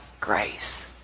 grace